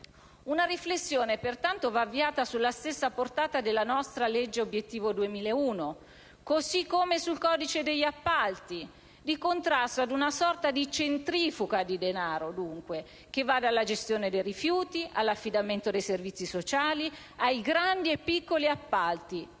Una riflessione pertanto va avviata sulla stessa portata della legge nostra obiettivo 2001, così come sul codice degli appalti, di contrasto ad una sorta di centrifuga di denaro dunque, che va dalla gestione dei rifiuti all'affidamento dei servizi sociali, ai grandi e piccoli appalti,